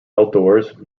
outdoors